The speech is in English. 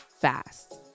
fast